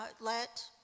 let